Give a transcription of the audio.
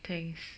thanks